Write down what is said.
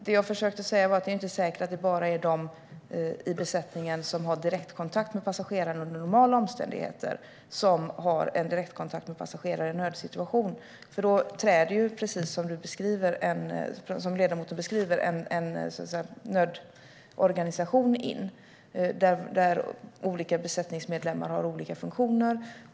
Det jag försökte säga var att det inte är säkert att det bara är de i besättningen som har direktkontakt passagerarna under normala omständigheter som har en direktkontakt med passagerare i en nödsituation. Då träder, precis som ledamoten beskriver, en nödorganisation in där olika besättningsmedlemmar har olika funktioner.